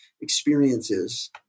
experiences